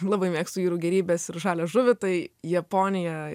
labai mėgstu jūsų gėrybes ir žalią žuvį tai japonija